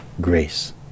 Grace